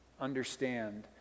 understand